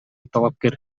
талапкер